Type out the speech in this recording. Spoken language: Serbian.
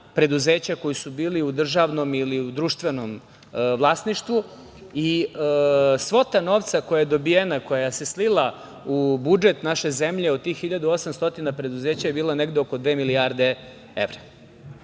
preduzeća koja su bila u državnom ili u društvenom vlasništvu, i svota novca koja je dobijena, koja se slila u budžet naše zemlje od tih 1800 preduzeća je bila negde oko dve milijarde evra.S